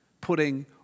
Putting